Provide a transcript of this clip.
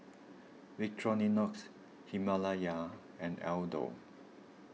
Victorinox Himalaya and Aldo